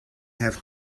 have